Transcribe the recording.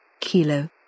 Kilo